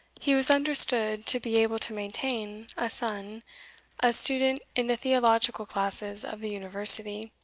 he was understood to be able to maintain a son a student in the theological classes of the university,